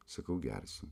sakau gersiu